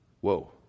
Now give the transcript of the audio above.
Whoa